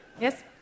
Yes